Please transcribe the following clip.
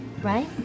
Right